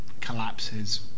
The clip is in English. collapses